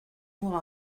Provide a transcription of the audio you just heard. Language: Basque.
muga